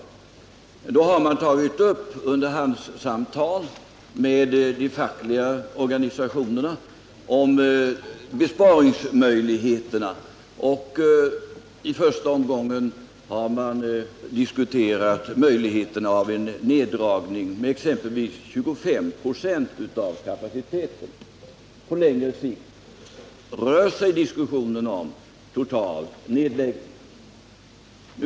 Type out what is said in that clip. Man har emellertid fört underhandssamtal med de fackliga organisationerna om besparingsmöjligheter, och i första omgången har man diskuterat att göra neddragning med exempelvis 25 96 av kapaciteten. På längre sikt rör sig diskussionen om total nedläggning.